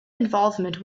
involvement